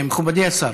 מכובדי השר,